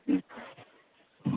ம்